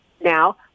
now